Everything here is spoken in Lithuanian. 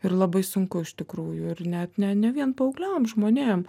ir labai sunku iš tikrųjų ir net ne ne vien paaugliam žmonėm